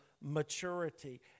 maturity